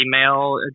email